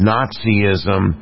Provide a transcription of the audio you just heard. Nazism